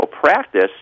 practice